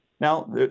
Now